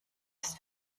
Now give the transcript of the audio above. ist